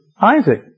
Isaac